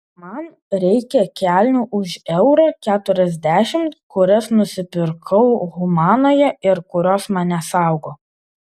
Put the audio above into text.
man reikia kelnių už eurą keturiasdešimt kurias nusipirkau humanoje ir kurios mane saugo